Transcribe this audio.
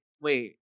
wait